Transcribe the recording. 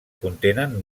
contenen